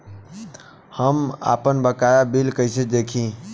हम आपनबकाया बिल कइसे देखि?